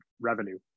revenue